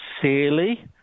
sincerely